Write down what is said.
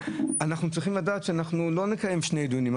אנחנו צריכים לדעת שאנחנו לא נקיים שני דיונים.